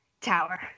Tower